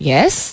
Yes